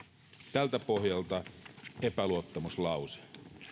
tältä pohjalta epäluottamuslause